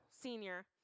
senior